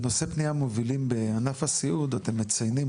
בנושא פנייה מובילים בענף הסיעוד אתם מציינים,